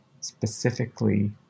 specifically